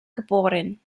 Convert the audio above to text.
geboren